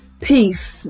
peace